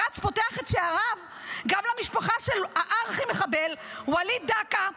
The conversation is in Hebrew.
בג"ץ פותח את שעריו גם למשפחה של הארכי-מחבל וליד דקה,